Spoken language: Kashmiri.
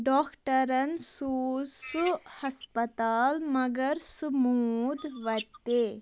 ڈاکٹرَن سوٗز سُہ ہسپتال مگر سُہ موٗد وَتے